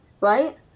right